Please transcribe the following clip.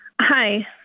Hi